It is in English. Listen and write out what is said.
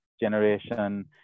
generation